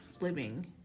living